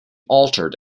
altered